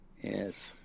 Yes